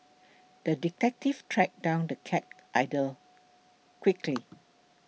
the detective tracked down the cat quickly